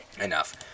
Enough